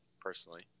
personally